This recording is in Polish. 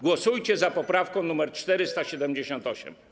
Głosujcie za poprawką nr 478.